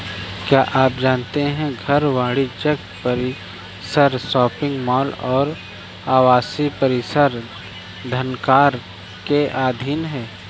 क्या आप जानते है घर, वाणिज्यिक परिसर, शॉपिंग मॉल और आवासीय परिसर धनकर के अधीन हैं?